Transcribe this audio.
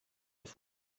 off